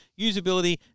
usability